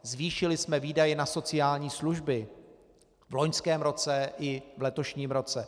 Zvýšili jsme výdaje na sociální služby v loňském roce i v letošním roce.